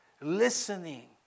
listening